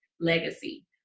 legacy